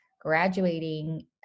graduating